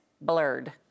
blurred